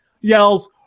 yells